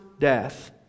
death